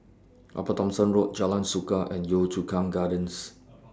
Upper Thomson Road Jalan Suka and Yio Chu Kang Gardens